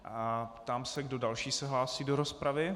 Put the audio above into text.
Ptám se, kdo další se hlásí do rozpravy.